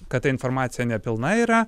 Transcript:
kad ta informacija nepilna yra